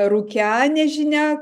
rūke nežinia